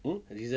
who